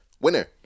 Winner